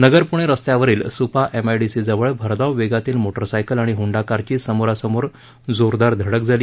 नगर प्णे रस्त्यावरील स्पा एमआयडीसीजवळ भरधाव वेगातील मोटारसायकल आणि होंडा कारची समोरासमोर जोरदार धडक झाली